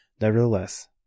Nevertheless